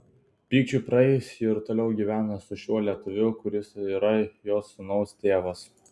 pykčiui praėjus ji ir toliau gyvena su šiuo lietuviu kuris yra jos sūnaus tėvas